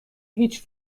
هیچ